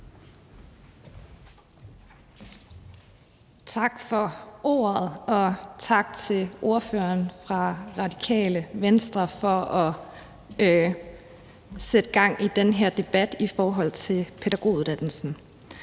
Tak for ordet, og tak til ordføreren fra Radikale Venstre for at sætte gang i den her debat i forhold til pædagoguddannelsen.